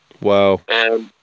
Wow